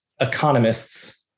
economists